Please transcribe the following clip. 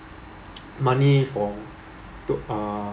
money for to uh